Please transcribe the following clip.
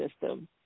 system